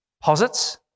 posits